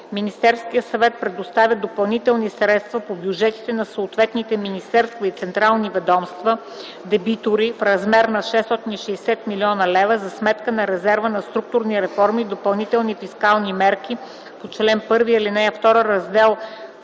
Министерският съвет предоставя допълнителни средства по бюджетите на съответните министерства и централни ведомства – дебитори, в размер на 660 млн. лв. за сметка на резерва за структурни реформи и допълнителни фискални мерки по чл. 1, ал. 2, Раздел